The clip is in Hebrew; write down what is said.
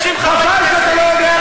90 חברי כנסת.